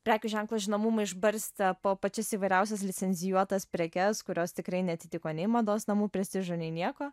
prekių ženklo žinomumą išbarstė po pačias įvairiausias licencijuotas prekes kurios tikrai neatitiko nei mados namų prestižo nei nieko